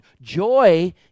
Joy